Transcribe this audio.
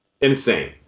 Insane